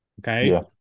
Okay